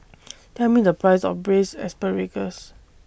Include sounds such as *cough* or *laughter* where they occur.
*noise* Tell Me The Price of Braised Asparagus